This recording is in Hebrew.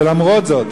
ולמרות זאת,